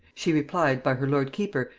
she replied by her lord keeper,